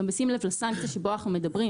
גם בשים לב לסנקציה בה אנחנו מדברים,